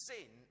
Sin